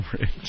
Rich